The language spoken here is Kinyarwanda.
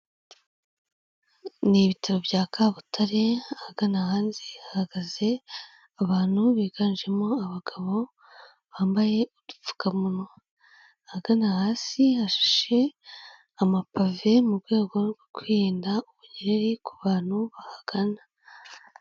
Ni bitaro bya Kabutare, ahagana hanze hahagaze abantu biganjemo abagabo, bambaye udupfukamunwa, ahagana hasi hashashe amapave mu rwego rwo kwirinda ubunyereri ku bantu bahagana.